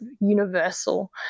universal